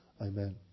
Amen